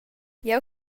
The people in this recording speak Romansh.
jeu